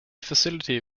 facility